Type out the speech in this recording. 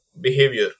behavior